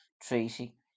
Treaty